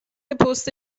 پست